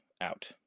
out